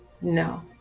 no